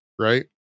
right